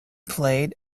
played